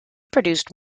produced